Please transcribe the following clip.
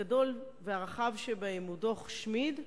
הגדול והרחב שבהם הוא דוח-שמיד,